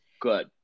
good